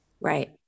Right